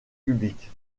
publiques